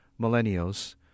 millennials